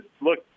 look